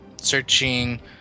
searching